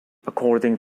according